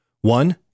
One